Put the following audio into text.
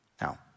Now